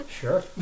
Sure